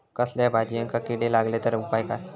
कसल्याय भाजायेंका किडे लागले तर उपाय काय?